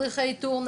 מדריכי איתור,